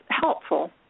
helpful